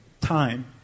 time